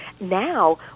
Now